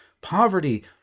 Poverty